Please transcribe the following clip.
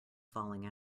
falling